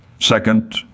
Second